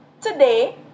Today